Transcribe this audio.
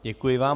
Děkuji vám.